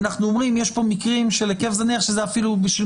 אנחנו אומרים יש פה מקרים של היקף זניח שזה אפילו בשביל